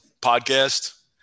podcast